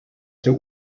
der